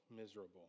miserable